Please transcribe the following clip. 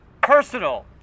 personal